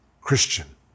Christian